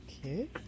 Okay